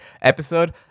episode